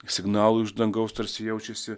signalų iš dangaus tarsi jaučiasi